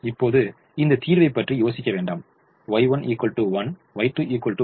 இப்போது இந்த தீர்வைப் பற்றி யோசிக்க வேண்டாம் Y1 1 Y2 1